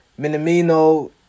Minamino